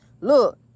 look